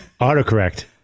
Autocorrect